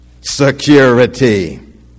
Security